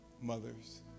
mothers